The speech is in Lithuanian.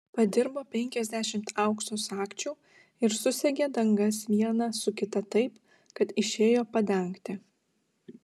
padirbo penkiasdešimt aukso sagčių ir susegė dangas vieną su kita taip kad išėjo padangtė